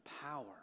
power